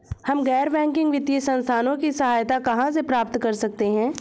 हम गैर बैंकिंग वित्तीय संस्थानों की सहायता कहाँ से प्राप्त कर सकते हैं?